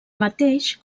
mateix